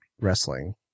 wrestling